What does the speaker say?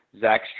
Zach